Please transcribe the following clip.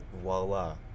voila